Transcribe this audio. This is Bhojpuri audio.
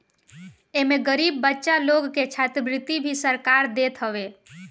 एमे गरीब बच्चा लोग के छात्रवृत्ति भी सरकार देत हवे